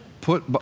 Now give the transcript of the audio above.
put